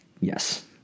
Yes